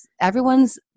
everyone's